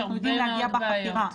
אנחנו יודעים להגיע בחקירה.